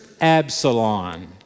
Absalom